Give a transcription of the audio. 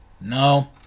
No